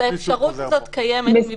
האפשרות הזאת קיימת.